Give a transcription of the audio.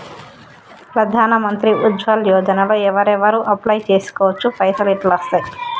ప్రధాన మంత్రి ఉజ్వల్ యోజన లో ఎవరెవరు అప్లయ్ చేస్కోవచ్చు? పైసల్ ఎట్లస్తయి?